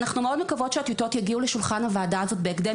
אנחנו מאוד מקוות שהטיוטות יגיעו לשולחן הוועדה הזאת בהקדם,